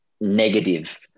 negative